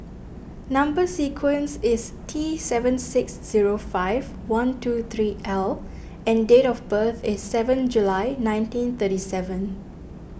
Number Sequence is T seven six zero five one two three L and date of birth is seven July nineteen thirty seven